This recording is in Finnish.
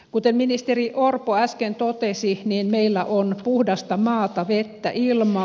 kuten ministeri orpo äsken totesi meillä on puhdasta maata vettä ilmaa